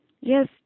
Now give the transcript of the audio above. yes